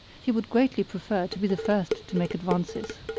he would greatly prefer to be the first to make advances.